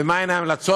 ומה הן ההמלצות.